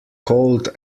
cold